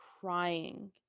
crying